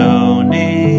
Tony